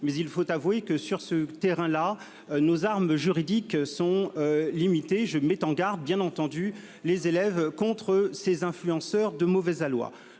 Il faut avouer que, sur ce terrain-là, nos armes juridiques sont limitées. Je mets en garde les élèves contre ces influenceurs de mauvais aloi.